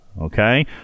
okay